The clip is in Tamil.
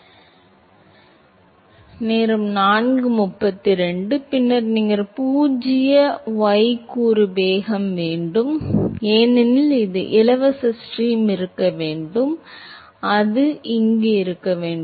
மாணவர் ஆம் பின்னர் நீங்கள் பூஜ்ஜிய y கூறு வேகம் வேண்டும் ஏனெனில் அது இலவச ஸ்ட்ரீம் இருக்க வேண்டும் அது இருக்க வேண்டும்